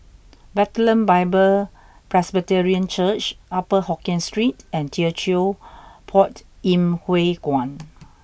Bethlehem Bible Presbyterian Church Upper Hokkien Street and Teochew Poit Ip Huay Kuan